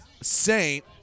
Saint